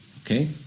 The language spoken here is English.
Okay